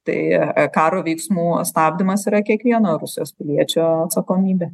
tai karo veiksmų stabdymas yra kiekvieno rusijos piliečio atsakomybė